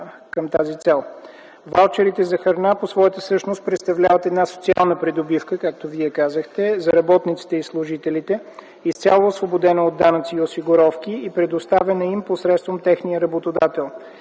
към тази цел. Ваучерите за храна по своята същност представляват една социална придобивка, както Вие казахте, за работниците и служителите, изцяло освободена от данъци и осигуровки и предоставена им посредством техния работодател.